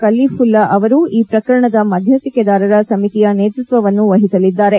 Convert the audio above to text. ಕಲ್ಲಿಪುಲ್ಲಾ ಅವರು ಈ ಪ್ರಕರಣದ ಮಧ್ಯಸ್ಕಿಕೆದಾರರ ಸಮಿತಿಯ ನೇತೃತ್ವವನ್ನು ವಹಿಸಲಿದ್ದಾರೆ